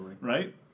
right